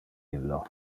illo